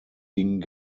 ging